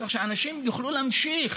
כך שאנשים יוכלו להמשיך